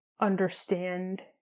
understand